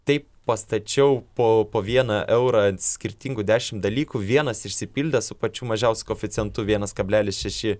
taip pastačiau po po vieną eurą ant skirtingų dešim dalykų vienas išsipildė su pačiu mažiausiu koeficientu vienas kablelis šeši